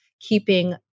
keeping